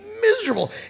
miserable